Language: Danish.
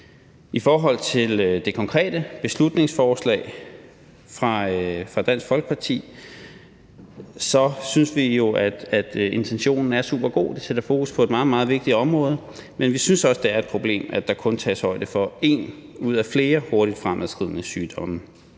I forhold til det konkrete beslutningsforslag fra Dansk Folkeparti synes vi jo, at intentionen er supergod, det sætter fokus på et meget, meget vigtigt område, men vi synes også, det er et problem, at der kun tages højde for en ud af flere hurtigt fremadskridende sygdomme.